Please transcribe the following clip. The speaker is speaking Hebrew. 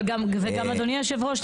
אדוני היושב-ראש,